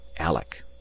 ALEC